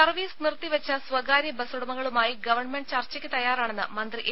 service നിർത്തിവെച്ച സ്വകാര്യ ബസ്സുടമകളുമായി ഗവൺമെന്റ് ചർച്ചയ്ക്ക് തയ്യാറാണെന്ന് മന്ത്രി എ